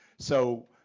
so,